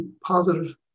positive